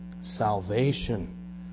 Salvation